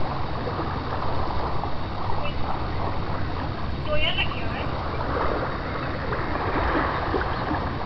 कोई दौ ज्हार लग्गी जाना ऐ